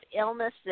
illnesses